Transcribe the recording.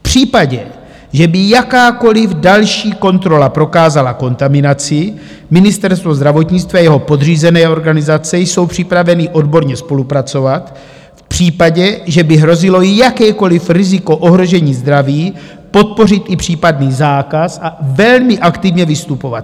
V případě, že by jakákoliv další kontrola prokázala kontaminaci, Ministerstvo zdravotnictví a jeho podřízené organizace jsou připraveny odborně spolupracovat a v případě, že by hrozilo jakékoliv riziko ohrožení zdraví, podpořit i případný zákaz a velmi aktivně vystupovat.